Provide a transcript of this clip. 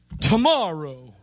Tomorrow